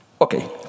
okay